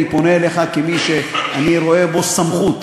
אני פונה אליך כמי שאני רואה בו סמכות,